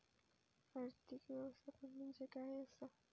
आर्थिक व्यवस्थापन म्हणजे काय असा?